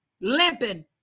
limping